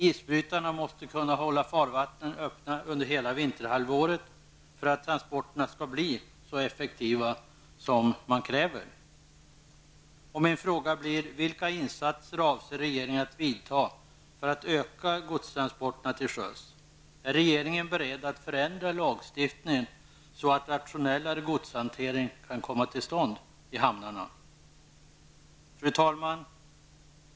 Isbrytarna måste kunna hålla farvattnen öppna under hela vinterhalvåret för att transporterna skall bli så effektiva som man kräver. Fru talman!